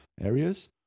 areas